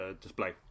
display